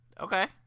Okay